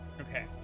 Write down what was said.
Okay